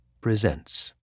presents